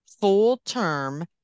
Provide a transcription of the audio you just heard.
full-term